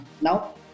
Now